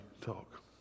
talk